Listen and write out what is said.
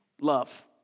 Love